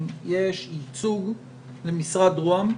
יש ייצוג למשרד ראש הממשלה,